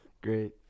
great